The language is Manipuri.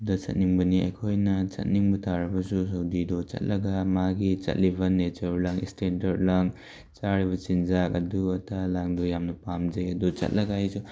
ꯗ ꯆꯠꯅꯤꯡꯕꯅꯤ ꯑꯩꯈꯣꯏꯅ ꯆꯠꯅꯤꯡꯕ ꯇꯥꯔꯒꯁꯨ ꯁꯥꯎꯗꯤꯗꯣ ꯆꯠꯂꯒ ꯃꯥꯒꯤ ꯆꯠꯂꯤꯕ ꯅꯦꯆꯔ ꯂꯥꯡ ꯁ꯭ꯇꯦꯟꯗꯔꯠ ꯂꯥꯡ ꯆꯥꯔꯤꯕ ꯆꯤꯟꯖꯥꯛ ꯑꯗꯨ ꯑꯗꯥ ꯂꯥꯡꯗꯣ ꯌꯥꯝꯅ ꯄꯥꯝꯖꯩ ꯑꯗꯨ ꯆꯠꯂꯒ ꯑꯩꯁꯨ